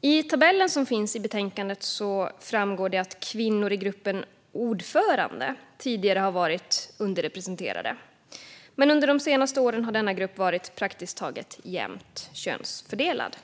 I tabellen i betänkandet framgår det att kvinnor i gruppen ordförande tidigare har varit underrepresenterade, men under senaste åren har denna grupp varit praktiskt taget jämnt könsfördelad.